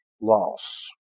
loss